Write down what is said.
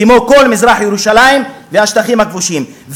כמו כל מזרח-ירושלים והשטחים הכבושים,